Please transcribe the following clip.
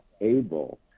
able